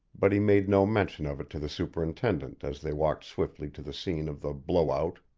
but he made no mention of it to the superintendent as they walked swiftly to the scene of the blow-out.